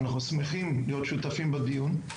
אנחנו שמחים להיות שותפים בדיון,